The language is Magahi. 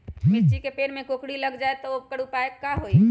मिर्ची के पेड़ में कोकरी लग जाये त वोकर उपाय का होई?